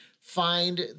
find